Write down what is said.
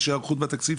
יש היערכות בתקציב.